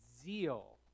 zeal